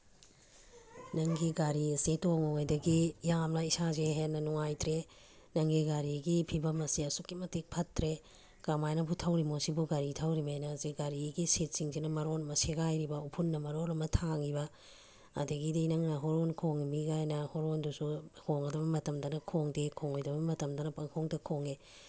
ꯅꯪꯒꯤ ꯒꯥꯔꯤ ꯑꯁꯦ ꯇꯣꯡꯂꯨꯕꯗꯒꯤ ꯌꯥꯝꯅ ꯏꯁꯥꯁꯦ ꯍꯦꯟꯅ ꯅꯨꯡꯉꯥꯏꯇ꯭ꯔꯦ ꯅꯪꯒꯤ ꯒꯥꯔꯤꯒꯤ ꯐꯤꯕꯝ ꯑꯁꯤ ꯑꯁꯨꯛꯀꯤ ꯃꯇꯤꯛ ꯐꯠꯇ꯭ꯔꯦ ꯀꯃꯥꯏꯅꯕꯨ ꯊꯧꯔꯤꯃꯣ ꯁꯤꯕꯨ ꯒꯥꯔꯤ ꯊꯧꯔꯤꯝꯅꯦꯅ ꯁꯤ ꯒꯥꯔꯤꯒꯤ ꯁꯤꯠꯁꯤꯡꯁꯤꯅ ꯃꯔꯣꯜ ꯑꯃ ꯁꯦꯒꯥꯏꯔꯤꯕ ꯎꯐꯨꯜꯅ ꯃꯔꯣꯜ ꯑꯃ ꯊꯥꯡꯉꯤꯕ ꯑꯗꯒꯤꯗꯤ ꯅꯪꯅ ꯍꯣꯔꯣꯟ ꯈꯣꯡꯉꯤꯝꯅꯤ ꯀꯥꯏꯅ ꯍꯣꯔꯣꯟꯗꯨꯁꯨ ꯈꯣꯡꯒꯗꯕ ꯃꯇꯝꯗ ꯈꯣꯡꯗꯦ ꯈꯣꯡꯉꯣꯏꯗꯕ ꯃꯇꯝꯗꯅ ꯄꯪꯈꯣꯡꯗ ꯈꯣꯡꯉꯤ